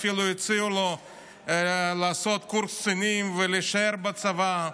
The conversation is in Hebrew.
ואפילו הציעו לו לעשות קורס קצינים ולהישאר בצבא.